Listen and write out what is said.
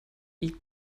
eat